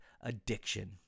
addiction